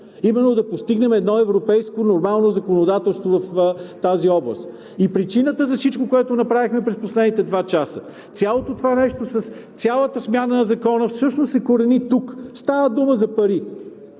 именно да постигнем едно европейско нормално законодателство в тази област. И причината за всичко, което направихме през последните два часа, цялото това нещо с цялата смяна на Закона, всъщност се корени тук – става дума за пари!